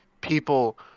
people